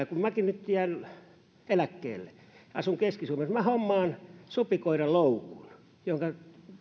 kun minäkin nyt jään eläkkeelle ja asun keski suomessa niin hommaan supikoiraloukun johonka